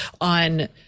on